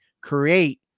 create